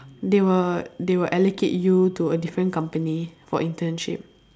they will they will allocate you to a different company for internship